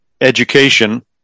Education